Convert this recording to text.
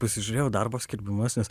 pasižiūrėjau darbo skelbimus nes